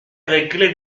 réglé